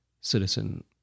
citizen